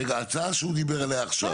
רגע, ההצעה שהוא דיבר עליה עכשיו.